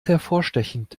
hervorstechend